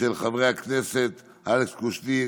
של חברי הכנסת אלכס קושניר,